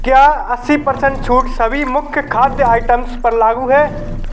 क्या अस्सी प्रतिशत छूट सभी मुख्य खाद्य आइटम्स पर लागू है